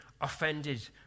offended